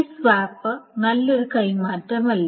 ഈ സ്വാപ്പ് നല്ലൊരു കൈമാറ്റമല്ല